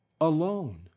alone